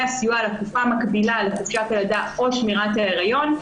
הסיוע לתקופה המקבילה לחופשת הלידה או שמירת ההיריון.